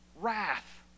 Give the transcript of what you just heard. wrath